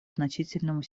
значительному